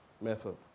method